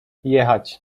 jechać